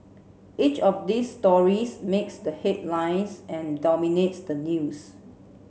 each of these stories makes the headlines and dominates the news